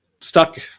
stuck